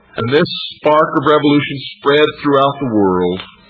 and this spark of revolution spread throughout the world.